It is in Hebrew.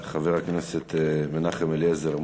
תודה, חבר הכנסת מנחם אליעזר מוזס.